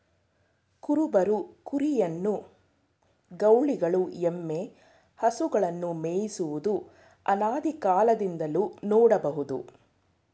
ಕುರುಬರು ಕುರಿಯನ್ನು, ಗೌಳಿಗಳು ಎಮ್ಮೆ, ಹಸುಗಳನ್ನು ಮೇಯಿಸುವುದು ಅನಾದಿಕಾಲದಿಂದಲೂ ನೋಡ್ಬೋದು